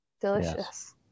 delicious